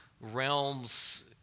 realms